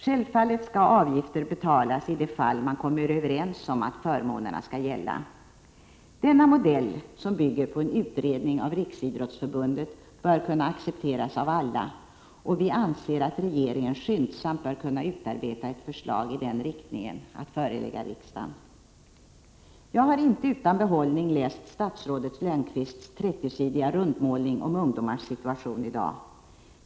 Självfallet skall avgifter betalas i de fall man kommer överens om att förmånerna skall gälla. Denna modell, som bygger på en utredning av Riksidrottsförbundet, bör kunna accepteras av alla. Vi anser att regeringen skyndsamt bör kunna utarbeta ett förslag i den riktningen att förelägga riksdagen. Jag har inte utan behållning läst statsrådet Lönnqvists 30-sidiga rundmålning om ungdomars situation i dag.